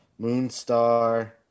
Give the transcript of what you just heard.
Moonstar